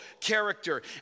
character